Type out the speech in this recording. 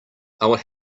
about